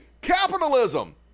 capitalism